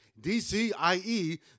DCIE